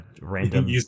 random